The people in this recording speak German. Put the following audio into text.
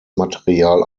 material